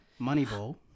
Moneyball